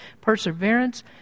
perseverance